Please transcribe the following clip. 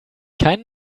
keinen